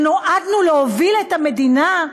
שנועדנו להוביל את המדינה?